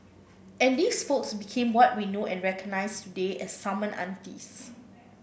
and these folks became what we know and recognize today as summon aunties